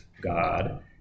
God